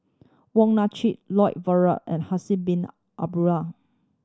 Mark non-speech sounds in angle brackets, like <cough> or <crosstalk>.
Wong Nai Chin Lloyd Valberg and Haslir Bin <unintelligible>